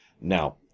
Now